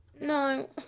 no